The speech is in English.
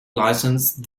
licensed